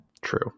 True